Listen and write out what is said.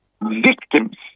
Victims